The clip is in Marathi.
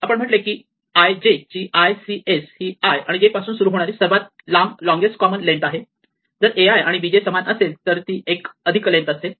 आपण म्हटले की i j ची lcs ही i आणि j पासून सुरू होणारी सर्वात लांब लोंगेस्ट कॉमन लेन्थ आहे जर a i आणि b j समान असेल तर ती एक अधिक लेन्थ असेल